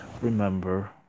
remember